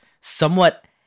somewhat